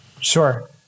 sure